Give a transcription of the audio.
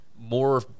More